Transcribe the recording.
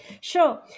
Sure